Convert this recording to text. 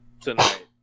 tonight